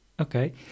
Okay